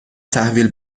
تحویل